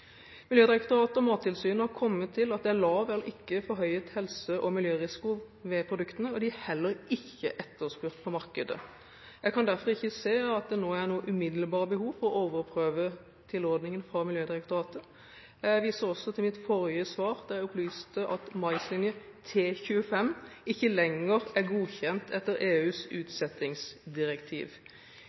Miljødirektoratet og Mattilsynet har kommet til at det er lav eller ingen forhøyet helse- og miljørisiko ved produktene, og de er heller ikke etterspurt på markedet. Jeg kan derfor ikke se at det nå er noe umiddelbart behov for å overprøve tilrådingen fra Miljødirektoratet. Jeg viser også til mitt forrige svar, der jeg opplyste om at maislinje T25 ikke lenger er godkjent etter EUs utsettingsdirektiv.